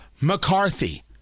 McCarthy